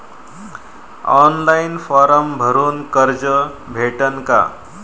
Online form भरून कर्ज भेटन का?